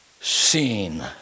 seen